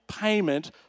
payment